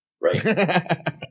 right